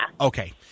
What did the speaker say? Okay